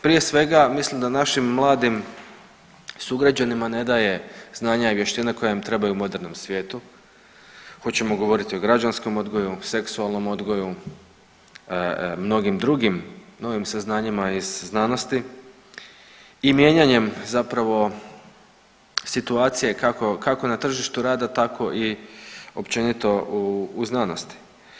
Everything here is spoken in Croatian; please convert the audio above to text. Prije svega, mislim da našim mladim sugrađanima ne daje znanja i vještine koje im trebaju u modernom svijetu, hoćemo govoriti o građanskom odgoju, seksualnom odgoju, mnogim drugim novim saznanjima iz znanosti i mijenjanjem zapravo situacije kako, kako na tržištu rada, tako i općenito u znanosti.